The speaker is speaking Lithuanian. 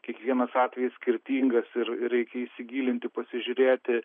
kiekvienas atvejis skirtingas ir reikia įsigilinti pasižiūrėti